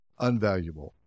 unvaluable